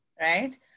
Right